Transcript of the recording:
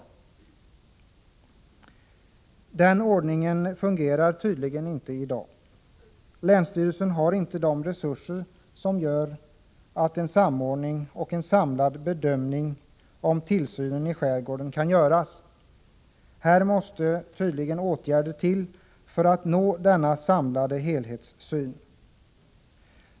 — Men den ordningen fungerar tydligen inte i dag. Länsstyrelserna har inte de resurser som gör att en samordning och en samlad bedömning av tillsynen i skärgården kan göras. Här måste tydligen åtgärder till för att åstadkomma denna samlade helhetssyn.